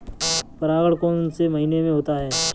परागण कौन से महीने में होता है?